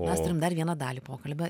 mes turim dar vieną dalį pokalbio